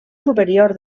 superior